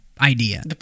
idea